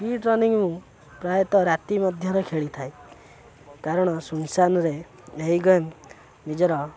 speed running ମୁଁ ପ୍ରାୟତଃ ରାତି ମଧ୍ୟରେ ଖେଳିଥାଏ କାରଣ ଶୂନସାନ ରେ ଏହି ଗେମ୍ ନିଜର